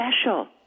special